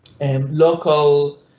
local